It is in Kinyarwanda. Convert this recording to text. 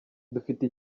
dufite